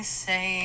say